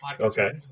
Okay